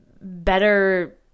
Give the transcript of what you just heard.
better